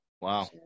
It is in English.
Wow